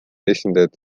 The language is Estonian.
esindajad